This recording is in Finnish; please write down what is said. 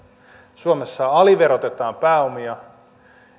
suomessa aliverotetaan pääomia